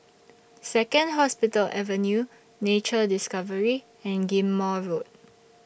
Second Hospital Avenue Nature Discovery and Ghim Moh Road